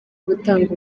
gutanga